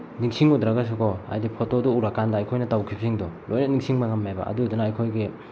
ꯅꯤꯡꯁꯤꯡꯉꯨꯗ꯭ꯔꯒꯁꯨꯀꯣ ꯍꯥꯏꯗꯤ ꯐꯣꯇꯣꯗꯨ ꯎꯔ ꯀꯥꯟꯗ ꯑꯩꯈꯣꯏꯅ ꯇꯧꯈꯤꯕꯁꯤꯡꯗꯣ ꯂꯣꯏꯅ ꯅꯤꯡꯁꯤꯡꯕ ꯉꯝꯃꯦꯕ ꯑꯗꯨꯗꯨꯅ ꯑꯩꯈꯣꯏꯒꯤ